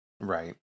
right